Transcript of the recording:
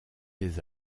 des